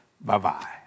Bye-bye